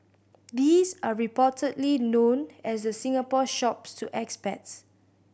these are reportedly known as the Singapore Shops to expats